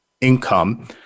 income